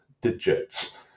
digits